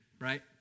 right